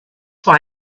why